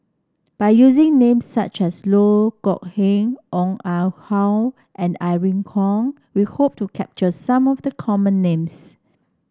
by using names such as Loh Kok Heng Ong Ah Hoi and Irene Khong we hope to capture some of the common names